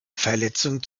verletzung